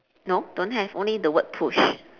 no don't have only the word push